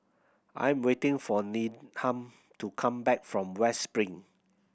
I am waiting for Needham to come back from West Spring